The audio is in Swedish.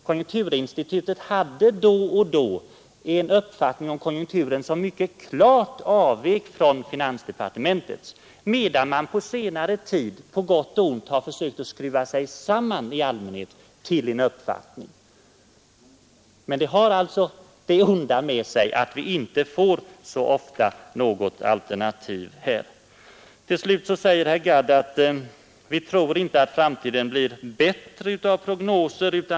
Konjunkturinstitutet hade då ibland en uppfattning om konjunkturen som mycket klart avvek från finansdepartementets, medan man på senare tid på gott och ont i allmänhet har försökt skriva sig samman. Detta har det onda med sig att vi inte så ofta får något alternativ presenterat. Till slut säger herr Gadd, att han inte tror att framtiden blir bättre av prognoser.